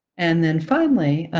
and then finally,